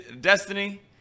destiny